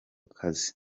kazi